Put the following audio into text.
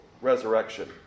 resurrection